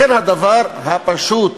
לכן הדבר הפשוט,